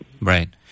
Right